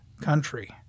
country